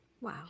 Wow